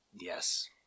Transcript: Yes